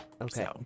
Okay